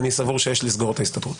אני סבור שיש לסגור את ההסתדרות.